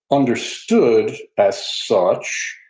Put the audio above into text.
understood as such,